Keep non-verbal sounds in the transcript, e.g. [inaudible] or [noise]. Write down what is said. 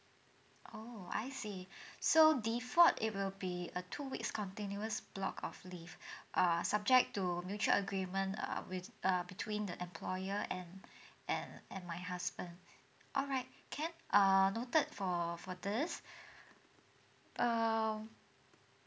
orh I see [breath] so default it will be a two weeks continuous block of leave [breath] err subject to mutual agreement err with uh between the employer and [breath] and and my husband alright can err noted for for this [breath] um